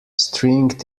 stringed